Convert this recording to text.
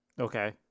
Okay